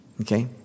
Okay